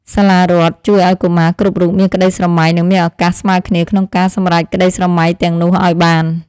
សាលារដ្ឋជួយឱ្យកុមារគ្រប់រូបមានក្តីស្រមៃនិងមានឱកាសស្មើគ្នាក្នុងការសម្រេចក្តីស្រមៃទាំងនោះឱ្យបាន។